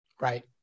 Right